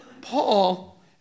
Paul